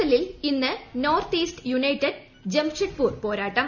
എല്ലിൽ ഇന്ന് North East United ജംഷഡ്പൂരിനെ നേരിടും